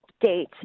date